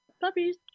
Puppies